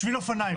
שביל אופניים,